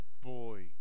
Boy